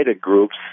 groups